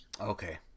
Okay